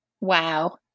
Wow